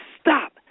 stop